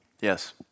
Yes